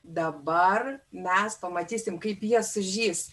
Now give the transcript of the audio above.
dabar mes pamatysime kaip jie sužys